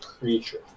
creature